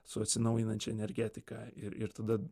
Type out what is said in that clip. su atsinaujinančia energetika ir ir tada